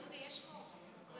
דודי, יש, קונגרס.